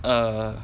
err